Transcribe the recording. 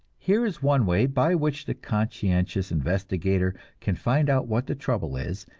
here is one way by which the conscientious investigator can find out what the trouble is,